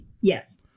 Yes